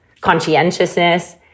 conscientiousness